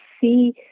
see